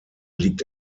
liegt